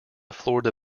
florida